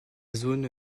zone